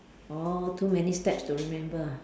orh too many steps to remember ah